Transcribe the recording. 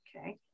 Okay